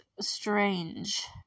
strange